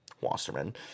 Wasserman